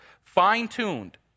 Fine-tuned